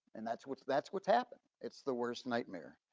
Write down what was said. and that's what's that's what's happened. it's the worst nightmare.